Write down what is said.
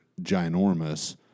ginormous